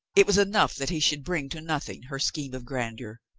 it was enough that he should bring to nothing her scheme of grandeur.